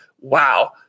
Wow